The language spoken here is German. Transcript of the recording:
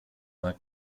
war